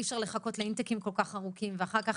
אי אפשר לחכות לאינטייקים כל כך ארוכים ואחר כך